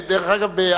דרך אגב,